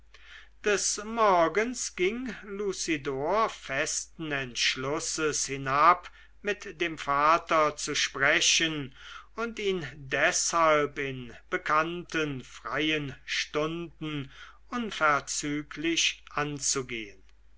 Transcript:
des morgens ging lucidor festen entschlusses hinab mit dem vater zu sprechen und ihn deshalb in bekannten freien stunden unverzüglich anzugehn